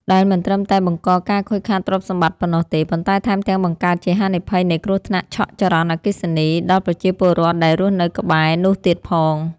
ដែលមិនត្រឹមតែបង្កការខូចខាតទ្រព្យសម្បត្តិប៉ុណ្ណោះទេ ប៉ុន្តែថែមទាំងបង្កើតជាហានិភ័យនៃគ្រោះថ្នាក់ឆក់ចរន្តអគ្គិសនីដល់ប្រជាពលរដ្ឋដែលរស់នៅក្បែរនោះទៀតផង។